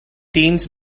teens